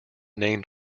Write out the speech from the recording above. named